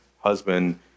husband